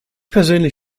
persönlich